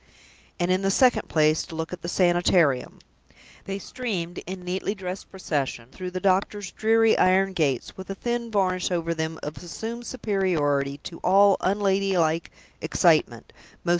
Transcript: and, in the second place, to look at the sanitarium they streamed in neatly dressed procession through the doctor's dreary iron gates, with a thin varnish over them of assumed superiority to all unladylike excitement,